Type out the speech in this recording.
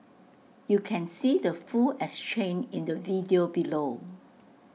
you can see the full exchange in the video below